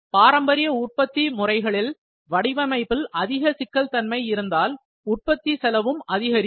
பாரம்பரிய உற்பத்தி முறைகளில் வடிவமைப்பில் அதிக சிக்கல் தன்மை இருந்தால் உற்பத்தி செலவும் அதிகரிக்கும்